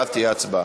ואז תהיה הצבעה.